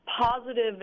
positive